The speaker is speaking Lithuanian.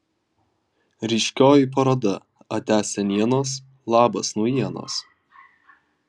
ryškioji paroda atia senienos labas naujienos